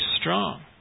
strong